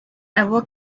ever